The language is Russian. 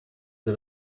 для